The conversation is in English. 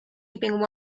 keeping